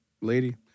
lady